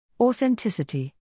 Authenticity